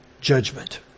Judgment